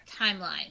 timeline